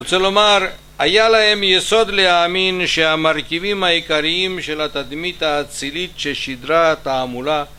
רוצה לומר, היה להם יסוד להאמין שהמרכיבים העיקריים של התדמית האצילית ששידרה התעמולה